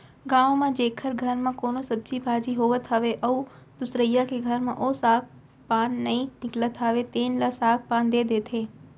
गाँव म जेखर घर म कोनो सब्जी भाजी होवत हावय अउ दुसरइया के घर म ओ साग पान नइ निकलत हावय तेन ल साग पान दे देथे